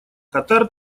катар